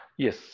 Yes